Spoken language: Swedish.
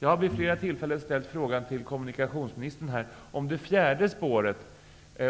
Jag har vid flera tillfällen ställt frågan till kommunikationsministern om det fjärde spåret.